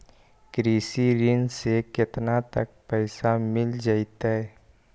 कृषि ऋण से केतना तक पैसा मिल जइतै?